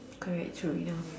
correct true enough